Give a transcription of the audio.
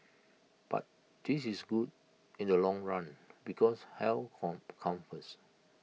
but this is good in the long run because health from comes first